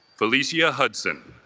felicia hudson